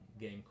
game